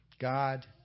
God